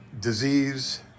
disease